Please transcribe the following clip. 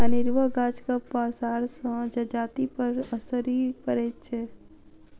अनेरूआ गाछक पसारसँ जजातिपर असरि पड़ैत छै